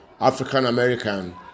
African-American